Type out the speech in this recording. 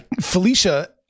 Felicia